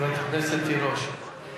חברת הכנסת תירוש,